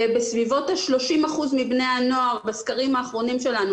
ובסביבות ה-30% מבני הנוער בסקרים האחרונים שלנו